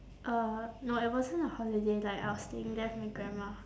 uh no it wasn't a holiday like I was staying there with my grandma